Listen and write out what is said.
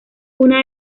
una